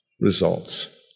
results